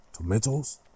tomatoes